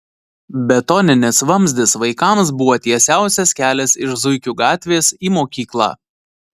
betoninis vamzdis vaikams buvo tiesiausias kelias iš zuikių gatvės į mokyklą